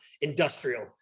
industrial